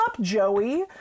Joey